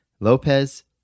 Lopez